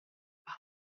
pau